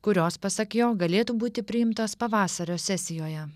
kurios pasak jo galėtų būti priimtos pavasario sesijoje